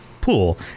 pool